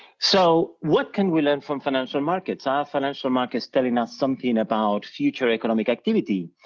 so what can we learn from financial markets? our financial market is telling us something about future economic activity,